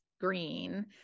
green